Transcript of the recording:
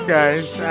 Guys